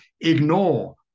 ignore